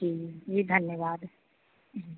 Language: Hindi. जी जी धन्यवाद